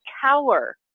cower